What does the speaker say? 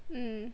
mm